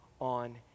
on